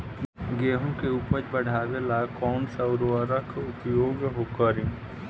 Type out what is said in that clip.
गेहूँ के उपज बढ़ावेला कौन सा उर्वरक उपयोग करीं?